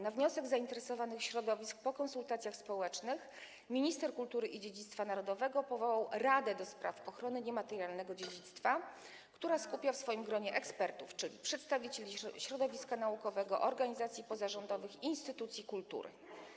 Na wniosek zainteresowanych środowisk, po konsultacjach społecznych, minister kultury i dziedzictwa narodowego powołał radę do spraw ochrony niematerialnego dziedzictwa, która skupia w swoim gronie ekspertów, czyli przedstawicieli środowiska naukowego, organizacji pozarządowych i instytucji kultury.